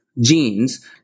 genes